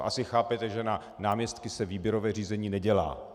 Asi chápete, že na náměstky se výběrové řízení nedělá.